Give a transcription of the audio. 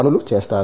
పనులు చేస్తారు